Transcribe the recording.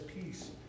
peace